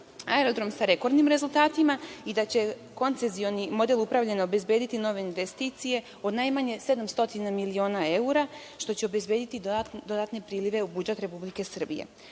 aerodrom sa rekordnim rezultatima i da će koncesioni model upravljanja obezbediti nove investicije od najmanje 700 miliona evra, što će obezbediti dodatne prilive u budžet Republike Srbije,